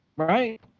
Right